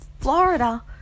Florida